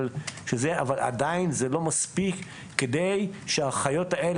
אבל עדיין זה לא מספיק כדי שהחיות האלה,